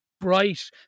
bright